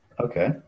Okay